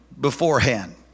beforehand